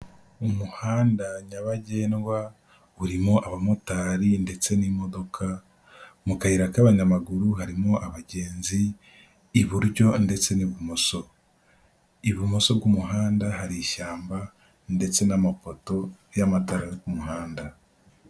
Umuhanda nyabagendwa urimo abamotari ndetse n'imodoka, mu kayira k'abanyamaguru harimo abagenzi iburyo ndetse n'ibumoso, ibumoso bw'umuhanda hari ishyamba ndetse n'amapoto y'amatara yo ku muhanda.